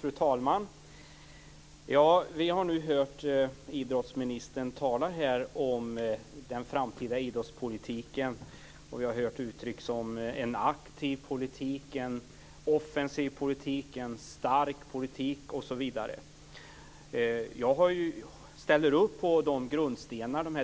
Fru talman! Vi har hört idrottsministern tala om den framtida idrottspolitiken. Vi har hört uttryck som en aktiv politik, en offensiv politik, en stark politik osv. Jag ställer upp på de